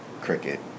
cricket